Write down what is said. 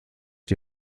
die